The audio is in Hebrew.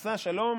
עשה שלום.